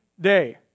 day